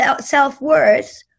self-worth